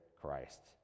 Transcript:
Christ